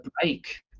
break